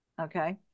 Okay